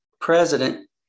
President